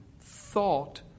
thought